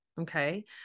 Okay